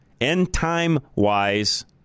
end-time-wise